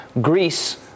Greece